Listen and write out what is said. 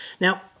Now